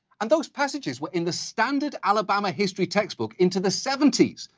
and those passages were in the standard alabama history textbook, into the seventies.